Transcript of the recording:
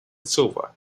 silver